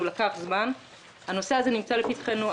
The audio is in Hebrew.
הנושא הזה נמצא לפתחנו,